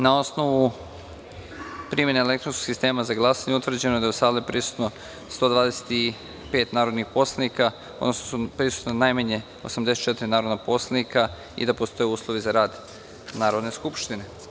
Na osnovu primene elektronskog sistema za glasanje, utvrđeno da je u sali prisutno 125 narodnih poslanika, odnosno da prisustvuje najmanje 84 narodna poslanika i da postoje uslovi za rad Narodne skupštine.